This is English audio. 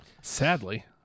Sadly